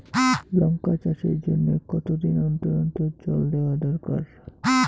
লঙ্কা চাষের জন্যে কতদিন অন্তর অন্তর জল দেওয়া দরকার?